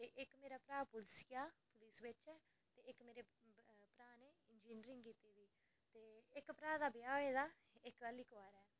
ते इक्क मेरा भ्राऽ पुलसिया ते पुलस बिच ऐ ते इक्क मेरे भ्राऽ नै इंजीनियरिंग कीती दी ते इक्क भ्राऽ दा ब्याह् होए दा ऐ ते इक्क हल्ली कुआरा ऐ